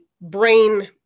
brain